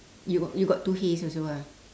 you got you got two hays also ah